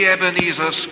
Ebenezer